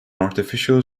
artificial